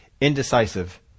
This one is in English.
indecisive